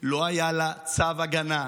היא לא תפריע לי.